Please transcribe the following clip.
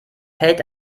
hält